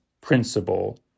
principle